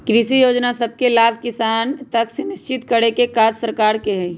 कृषि जोजना सभके लाभ किसान तक सुनिश्चित करेके काज सरकार के हइ